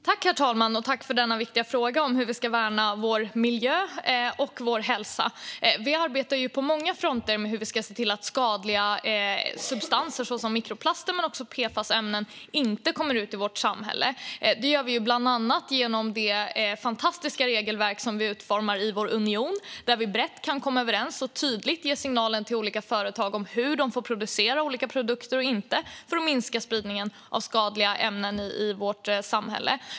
Herr talman! Tack, Elsa Widding, för denna viktiga fråga om hur vi ska värna vår miljö och vår hälsa! Vi arbetar på många fronter med hur vi ska se till att skadliga substanser som mikroplaster men också PFAS-ämnen inte kommer ut i vårt samhälle. Det gör vi bland annat genom det fantastiska regelverk som vi utformar i vår union. Där kan vi brett komma överens och tydligt ge signalen till olika företag om hur de får producera olika produkter och inte för att minska spridningen av skadliga ämnen i vårt samhälle.